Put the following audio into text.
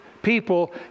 people